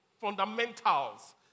fundamentals